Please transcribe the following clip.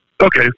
Okay